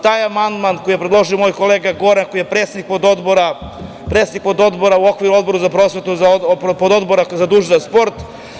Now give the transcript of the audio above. Taj amandman koji je predložio moj kolega Goran, koji je predsednik pododbora u okviru Odbora za prosvetu, pododbora zaduženog za sport.